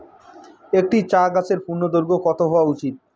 একটি চা গাছের পূর্ণদৈর্ঘ্য কত হওয়া উচিৎ?